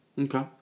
Okay